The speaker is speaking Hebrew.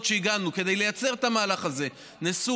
שהגענו כדי לייצר את המהלך הזה נעשו,